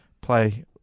play